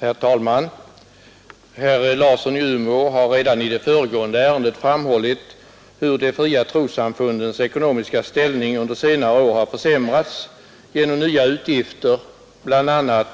Herr talman! Herr Larsson i Umeå har redan i det föregående ärendet framhållit hur de fria trossamfundens ekonomiska ställning under senare år har försämrats genom nya utgifter, bl.a.